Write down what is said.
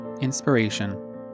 inspiration